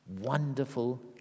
wonderful